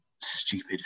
stupid